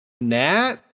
Nat